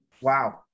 Wow